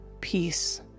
peace